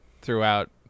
throughout